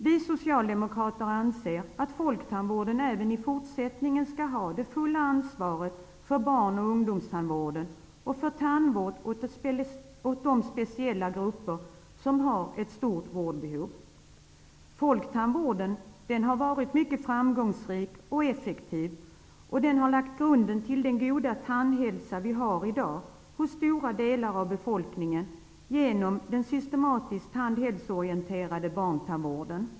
Vi socialdemokrater anser att folktandvården även i fortsättningen skall ha det fulla ansvaret för barnoch ungdomstandvården och för de speciella grupper som har ett stort behov av tandvård. Folktandvården har varit mycket framgångsrik och effektiv. Den har lagt grunden till den goda tandhälsa som finns i dag hos stora delar av befolkningen med hjälp av den systematiskt tandhälsoorienterade barntandvården.